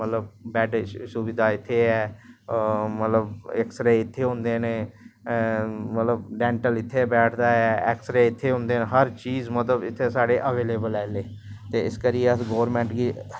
मतलव बैड सुविधा इत्थें ऐ मतलव इत्थें होंदे नै मतलव डैंटल इत्थें बैठदा ऐ ऐक्सरे इत्थें होंदे मतलव हर चीज़ मतलव इत्थें साढ़े अवेलेवल ऐ साढ़े इत्थें ते इस करियै अस गौरमैंट गी